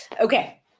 Okay